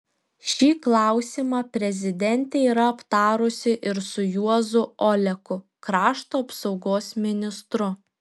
šį klausimą prezidentė yra aptarusi ir su juozu oleku krašto apsaugos ministru